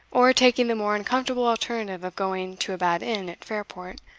or taking the more uncomfortable alternative of going to a bad inn at fairport,